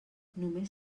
només